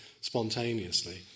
spontaneously